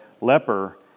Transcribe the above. leper